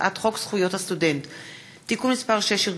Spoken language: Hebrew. הצעת חוק הביטוח הלאומי (תיקון מס' 183)